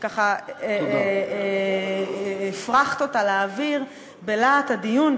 שככה הפרחת אותה לאוויר בלהט הדיון,